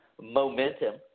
momentum